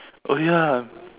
oh ya